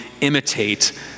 imitate